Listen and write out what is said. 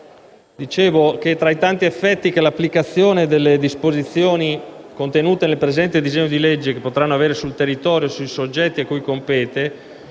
dicevo, tra i tanti effetti che l'applicazione delle disposizioni contenute nel presente disegno di legge potranno avere sul territorio e sui soggetti cui compete